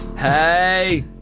Hey